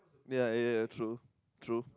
ya ya ya true true